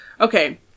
Okay